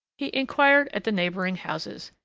he inquired at the neighboring houses.